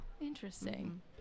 Interesting